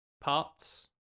parts